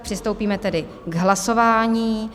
Přistoupíme tedy k hlasování.